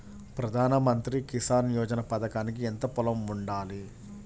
ప్రధాన మంత్రి కిసాన్ యోజన పథకానికి ఎంత పొలం ఉండాలి?